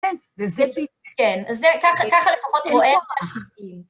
כן, וזה פתאום... כן, אז זה, ככה לפחות רואה...